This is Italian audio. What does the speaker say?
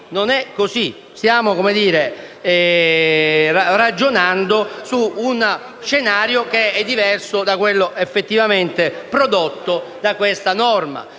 non è così. Stiamo ragionando di uno scenario diverso da quello effettivamente prodotto da questa norma,